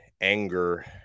anger